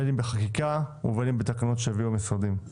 בין אם בחקיקה ובין אם בתקנות שיביאו המשרדים.